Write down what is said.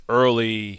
early